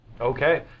okay